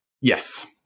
Yes